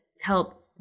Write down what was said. help